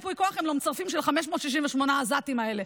ייפוי כוח הם לא מצרפים של 568 העזתים האלה.